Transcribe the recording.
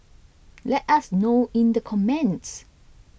let us know in the comments